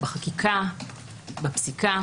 בחקיקה ובפסיקה